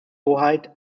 hoheit